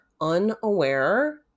unaware